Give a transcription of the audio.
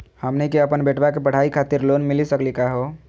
हमनी के अपन बेटवा के पढाई खातीर लोन मिली सकली का हो?